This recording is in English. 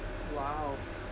!wow!